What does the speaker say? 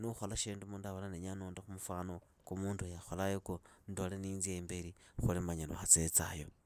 nukhola shindu mundu avola ndenya nondekhu mufano kwa munduuyu akhola yuku ndole niinzya imberi khuli manya lwaatsitsaayo.